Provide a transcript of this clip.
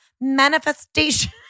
manifestation